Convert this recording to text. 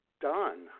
done